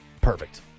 Perfect